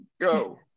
go